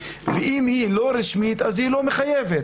ואם היא לא רשמית אז היא לא מחייבת.